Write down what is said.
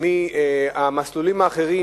על המסלולים האחרים,